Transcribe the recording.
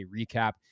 recap